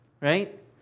right